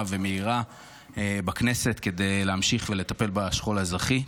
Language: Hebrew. ומהירה בכנסת כדי להמשיך ולטפל בשכול האזרחי.